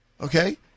Okay